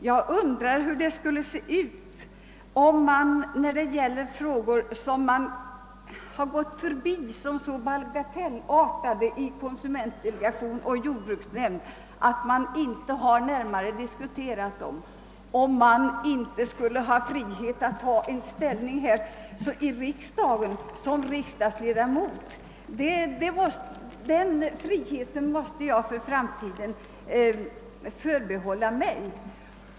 Jag undrar hur det skulle se ut, om man inte skulle ha frihet att ta ställning i riksdagen i frågor som betraktats som bagatellartade och inte har närmare diskuterats i konsumentdelegationen och jordbruksnämnden. Den friheten måste jag för framtiden förbehålla mig.